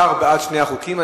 השר בעד שני החוקים.